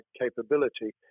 capability